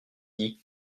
dit